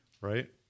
right